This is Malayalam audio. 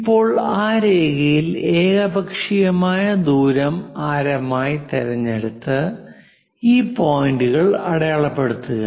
ഇപ്പോൾ ആ രേഖയിൽ ഏകപക്ഷീയമായ ദൂരം ആരമായി തിരഞ്ഞെടുത്ത് ഈ പോയിന്റുകൾ അടയാളപ്പെടുത്തുക